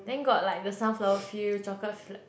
then got like the sunflower field chocolate flat~